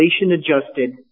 inflation-adjusted